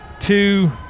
two